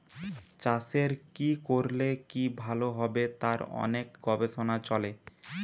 চাষের কি করলে কি ভালো হবে তার অনেক গবেষণা চলে